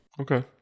Okay